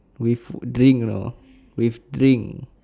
with drink you know with drink